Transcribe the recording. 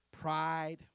pride